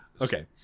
Okay